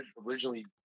originally